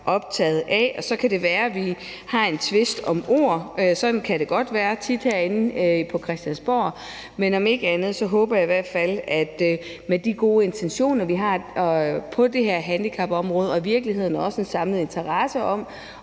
optaget af det, og så kan det være, at vi har en tvist om ord. Sådan kan det godt tit være herinde på Christiansborg. Om ikke andet håber jeg også, at med de gode intentioner, vi har på det her handicapområde, og i virkeligheden også den samlede interesse om